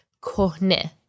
Kohne